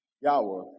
Yahweh